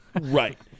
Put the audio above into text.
Right